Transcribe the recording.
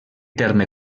terme